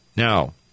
Now